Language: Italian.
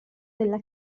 della